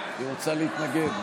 היא רוצה להתנגד.